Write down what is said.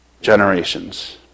generations